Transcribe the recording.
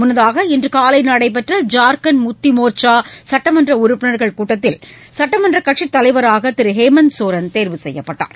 முன்னதாக இன்று காலை நடைபெற்ற ஜார்க்கண்ட் முக்கி மோர்ச்சா சட்டமன்ற உறுப்பினர்கள் கூட்டத்தில் சட்டமன்ற கட்சித் தலைவராக திரு ஹேமந்த் சோரன் தேர்வு செய்யப்பட்டார்